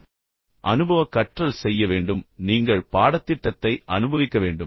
நீங்கள் அனுபவக் கற்றல் செய்ய வேண்டும் அதாவது நீங்கள் பாடத்திட்டத்தை அனுபவிக்க வேண்டும்